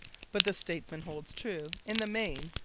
but the statement holds true in the main,